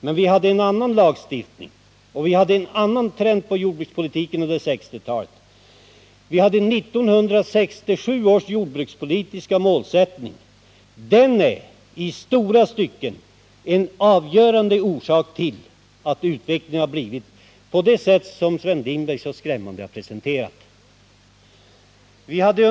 Men vi hade en annan lagstiftning och en annan trend i jordbrukspolitiken under 1960-talet. 1967 års jordbrukspolitiska målsättning är i långa stycken den avgörande orsaken till att utvecklingen blivit sådan som Sven Lindberg så skrämmande visade.